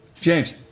James